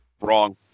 Wrong